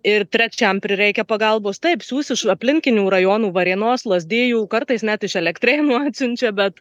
ir trečiam prireikia pagalbos taip siųs iš aplinkinių rajonų varėnos lazdijų kartais net iš elektrėnų atsiunčia bet